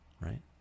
Right